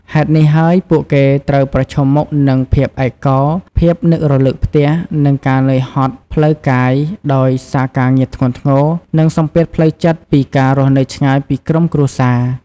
ហេតុនេះហើយ ពួកគេត្រូវប្រឈមមុខនឹងភាពឯកកោ ភាពនឹករលឹកផ្ទះ និងការនឿយហត់ផ្លូវកាយដោយសារការងារធ្ងន់ធ្ងរ និងសម្ពាធផ្លូវចិត្តពីការរស់នៅឆ្ងាយពីក្រុមគ្រួសារ។